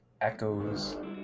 echoes